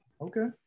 Okay